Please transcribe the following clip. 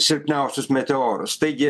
silpniausius meteorus taigi